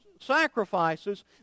sacrifices